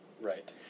Right